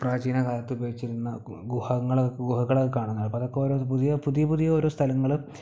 പ്രാചീനകാലത്ത് ഉപയോഗിച്ചിരുന്ന ഗുഹങ്ങള് ഗുഹകൾ കാണാം അപ്പോൾ അതൊക്കെ ഒരു പുതിയ പുതിയ പുതിയ ഓരോ സ്ഥലങ്ങള്